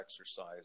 exercise